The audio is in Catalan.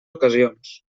ocasions